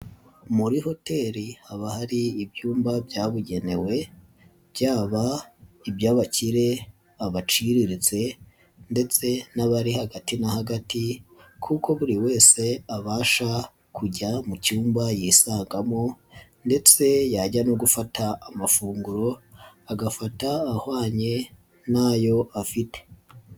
Muri hoteri haba hari ibyumba byabugenewe, byaba iby'abakire, abaciriritse ndetse n'abari hagati na hagati kuko buri wese abasha kujya mu cyumba yisangagamo ndetse yajya no gufata amafunguro, agafata ahwanye n'ayo afite.